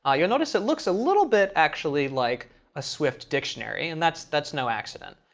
ah you'll notice it looks a little bit actually like a swift dictionary, and that's that's no accident.